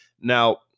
Now